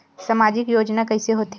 सामजिक योजना कइसे होथे?